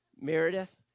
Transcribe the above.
Meredith